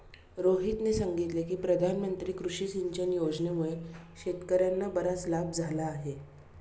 रोहितने सांगितले की प्रधानमंत्री कृषी सिंचन योजनेमुळे शेतकर्यांना बराच लाभ झाला आहे